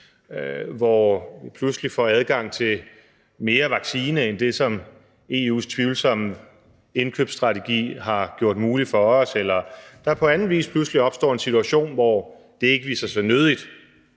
hvor vi pludselig får adgang til mere vaccine end det, som EU's tvivlsomme indkøbsstrategi har gjort muligt for os, eller der på anden vis pludselig opstår en situation, hvor det ikke viser sig nødigt,